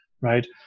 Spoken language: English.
right